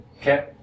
Okay